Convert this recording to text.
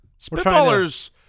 spitballers